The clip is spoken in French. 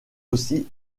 aussi